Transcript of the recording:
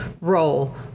role